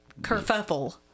Kerfuffle